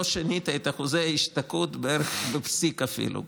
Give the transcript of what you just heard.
לא שינית את אחוזי ההשתקעות בערך בפסיק אפילו.